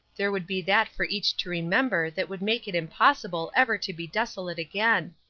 there would be that for each to remember that would make it impossible ever to be desolate again.